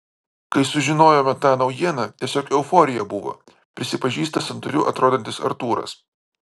kai sužinojome tą naujieną tiesiog euforija buvo prisipažįsta santūriu atrodantis artūras